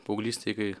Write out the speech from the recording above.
paauglystėj kai